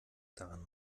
daran